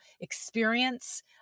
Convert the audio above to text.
experience